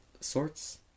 sorts